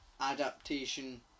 adaptation